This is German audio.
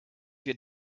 wir